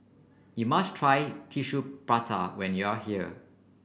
you must try Tissue Prata when you are here